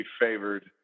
favored